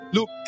Look